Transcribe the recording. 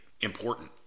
important